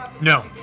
No